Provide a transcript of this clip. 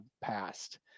passed